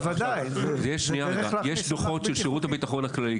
יש שלוחות של שירות הביטחון הכללי,